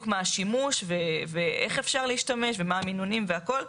מה השימוש ואיך אפשר להשתמש ומה המינונים והכל.